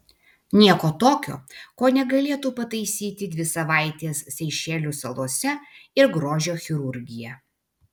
nieko tokio ko negalėtų pataisyti dvi savaitės seišelių salose ir grožio chirurgija